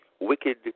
Wicked